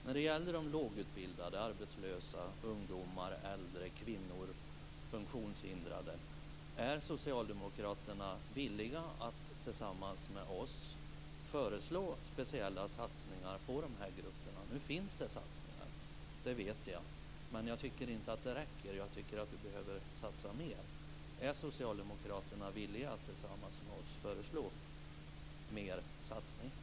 När det gäller lågutbildade, arbetslösa, ungdomar, äldre, kvinnor och funktionshindrade, är socialdemokraterna villiga att tillsammans med oss föreslå speciella satsningar på de grupperna? Jag vet att det finns satsningar, men jag tycker inte att de räcker utan att vi behöver satsa mer. Är socialdemokraterna villiga att tillsammans med oss föreslå mer satsningar?